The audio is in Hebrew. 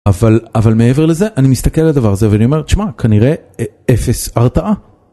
אבל אבל מעבר לזה, אני מסתכל על הדבר הזה ואני אומר, שמע, כנראה 0 הרתעה.